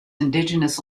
indigenous